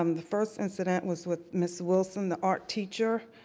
um the first incident was with ms. wilson, the art teacher.